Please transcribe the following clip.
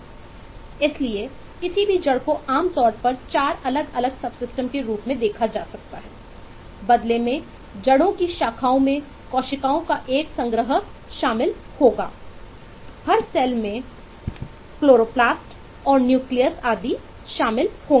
इसलिए किसी भी जड़ को आमतौर पर चार अलग अलग सबसिस्टम आदि शामिल होंगे